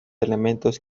elementos